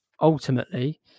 ultimately